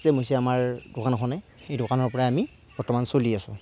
হৈছে আমাৰ দোকানখনে এই দোকানৰ পৰাই আমি বৰ্তমান চলি আছো